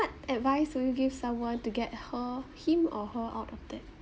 what advice would you give someone to get her him or her out of debt